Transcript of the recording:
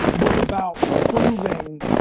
was about proving